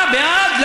אה, בעד?